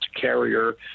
carrier –